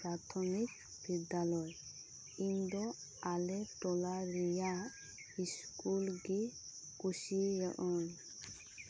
ᱯᱨᱟᱛᱷᱚᱢᱤᱠ ᱵᱤᱫᱽᱫᱟᱞᱚᱭ ᱤᱧ ᱫᱚ ᱟᱞᱮ ᱴᱚᱞᱟ ᱨᱮᱭᱟᱜ ᱤᱥᱠᱩᱞ ᱜᱮᱧ ᱠᱩᱥᱤᱭᱟᱜ ᱟᱹᱧ